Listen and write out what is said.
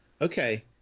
Okay